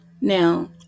Now